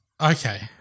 Okay